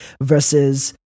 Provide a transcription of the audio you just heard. versus